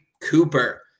Cooper